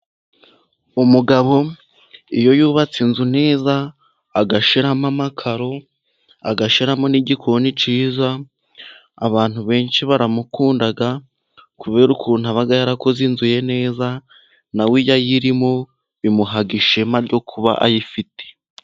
Umugabo iyo yubatse inzu neza agashiramo amakaro, agashiramo n'igikoni cyiza, abantu benshi baramukunda kubera ukuntu aba yarakoze inzu ye neza, na we iyo ayirimo bimuha ishema ryo kuba ayifite.